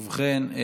ובכן,